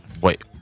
Wait